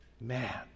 man